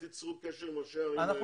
תיצרו קשר עם ראשי הערים האלה.